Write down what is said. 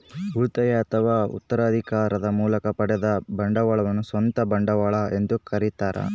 ಉಳಿತಾಯ ಅಥವಾ ಉತ್ತರಾಧಿಕಾರದ ಮೂಲಕ ಪಡೆದ ಬಂಡವಾಳವನ್ನು ಸ್ವಂತ ಬಂಡವಾಳ ಎಂದು ಕರೀತಾರ